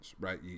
right